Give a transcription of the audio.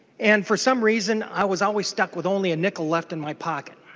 and for some reason i was always stuck with only a nickel left in my pocket.